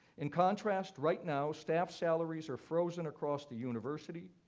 in contrast, right now, staff salaries are frozen across the university.